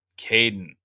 Caden